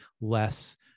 less